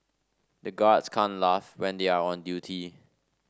the guards can't laugh when they are on duty